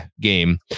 game